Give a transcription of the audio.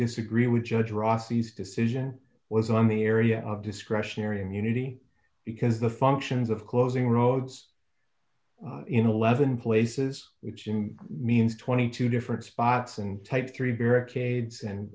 disagree with judge rafi's decision was on the area of discretionary immunity because the functions of closing roads in eleven places which means twenty two different spots and type three barricades and